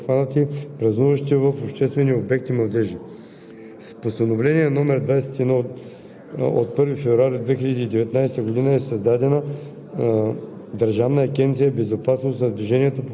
29 септември. В кампаниите са обхванати абитуриентите и учениците от всички училища в страната. В кампанията за студентския празник са обхванати празнуващите в обществени обекти младежи.